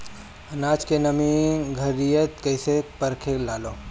आनाज के नमी घरयीत कैसे परखे लालो?